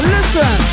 Listen